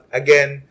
again